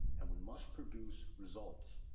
and we must produce results.